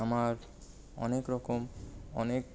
আমার অনেকরকম অনেক